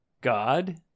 God